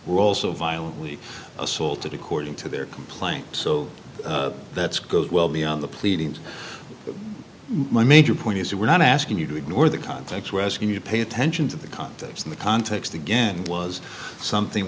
were also violently assaulted according to their complaint so that's goes well beyond the pleadings my major point is that we're not asking you to ignore the context we're asking you to pay attention to the context in the context again was something